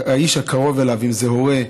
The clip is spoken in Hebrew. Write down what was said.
האיש הקרוב אליו, אם זה הורה,